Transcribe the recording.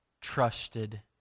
trusted